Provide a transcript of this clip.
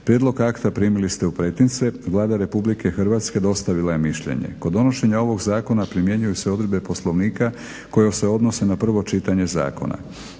Prijedlog akta primili ste u pretince. Vlada RH dostavila je mišljenje. Kod donošenja ovog zakona primjenjuju se odredbe Poslovnika koje se odnose na prvo čitanje zakona.